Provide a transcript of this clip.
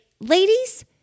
ladies